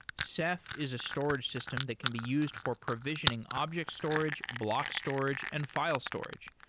ceph is a storage system that can be used for provisioning object storage, block storage and file storage.